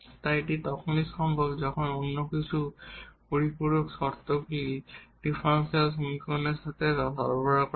তাই এটি তখনই সম্ভব যখন অন্য কিছু সাপ্লিমেন্টরি শর্তগুলি ডিফারেনশিয়াল সমীকরণের সাথে সরবরাহ করা হয়